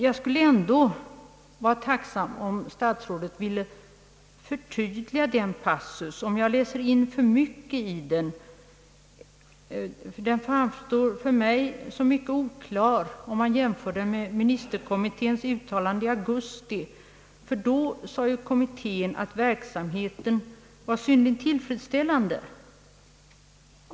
Jag skulle ändå vara tacksam om statsrådet ville förtydliga den passusen, ty jag kanske läser in för mycket i den. Den framstår för mig som mycket oklar, om man jämför den med vad ministerkommittén uttalade i augusti, nämligen att verksamheten var synnerligen tillfredsställande.